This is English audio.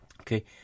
okay